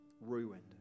ruined